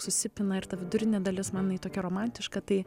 susipina ir ta vidurinė dalis man jinai tokia romantiška tai